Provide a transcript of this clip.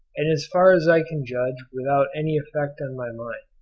and as far as i can judge without any effect on my mind.